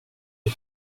les